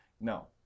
No